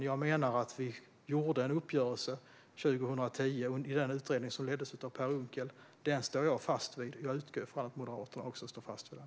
Jag menar att vi gjorde en uppgörelse 2010, efter den utredning som leddes av Per Unckel. Den uppgörelsen står jag fast vid, och jag utgår ifrån att även Moderaterna står fast vid den.